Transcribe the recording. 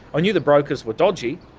i knew the brokers were dodgy,